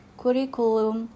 curriculum